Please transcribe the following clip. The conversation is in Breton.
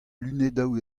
lunedoù